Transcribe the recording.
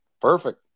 perfect